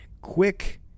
quick